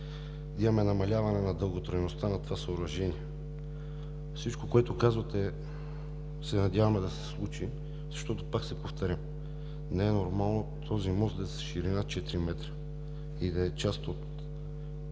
имаме намаляване на дълготрайността на това съоръжение. Всички, което казвате, се надяваме да се случи, защото, пак се повтарям, не е нормално този мост да е с ширина 4 метра и да е част от